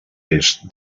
est